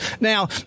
Now